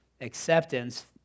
acceptance